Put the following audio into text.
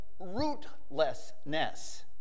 rootlessness